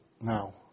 Now